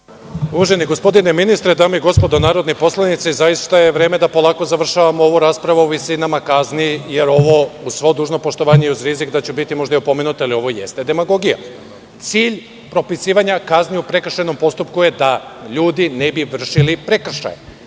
Uvaženi gospodine ministre, dame i gospodo narodni poslanici, zaista je vreme da polako završavamo ovu raspravu o visinama kazni, jer ovo uz svo dužno poštovanje i uz rizik da ću biti možda i opomenut, ovo jeste demagogija. Cilj propisivanja kazni u prekršajnom postupku je da ljudi ne bi vršili prekršaje.